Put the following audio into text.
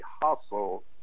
hustle